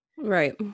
Right